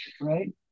right